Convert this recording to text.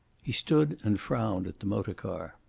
he stood and frowned at the motor-car.